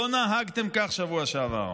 לא נהגתם כך בשבוע שעבר,